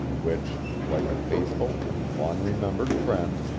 which, like a faithful and long-remembered friend,